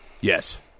Yes